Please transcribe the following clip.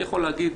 אני יכול להגיד,